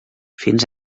fins